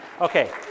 Okay